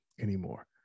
anymore